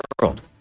world